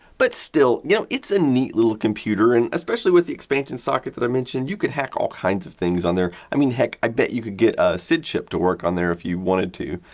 but still, you know it's a neat little computer, and especially with the expansion socket that i mentioned, you could hack all kinds of things on there. i mean heck, i bet you could get a sid chip to work on there if you wanted to!